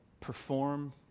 perform